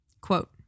Quote